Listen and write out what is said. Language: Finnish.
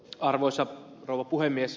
arvoisa rouva puhemies